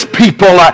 people